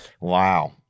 Wow